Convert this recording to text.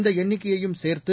இந்த எண்ணிக்கையும் சேர்த்து